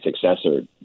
successor